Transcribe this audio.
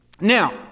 Now